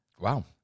Wow